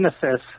Genesis